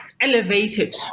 elevated